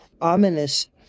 ominous